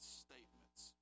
statements